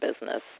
business